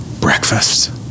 Breakfast